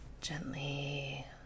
gently